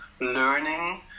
learning